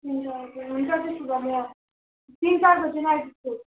ए हजुर हुन्छ त्यसो भए म तिन चार बजी नै आइपुग्छु